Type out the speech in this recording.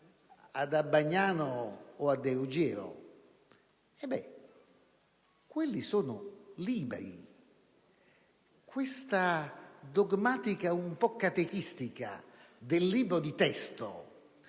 ad Abbagnano o a De Ruggiero. Quelli sono libri. Questa dogmatica un po' catechistica del libro di testo,